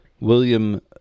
William